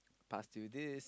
pass to you this